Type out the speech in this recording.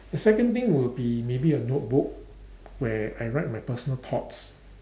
the second thing will be maybe a notebook where I write my personal thoughts